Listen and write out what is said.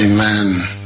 Amen